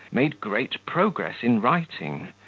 made great progress in writing,